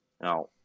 now